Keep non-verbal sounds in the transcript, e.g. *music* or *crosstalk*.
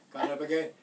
*laughs*